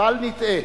בל נטעה,